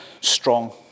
strong